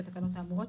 בתקנות האמורות,